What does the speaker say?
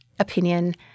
opinion